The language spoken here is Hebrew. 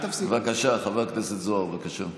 חבר הכנסת זוהר, בבקשה.